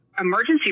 emergency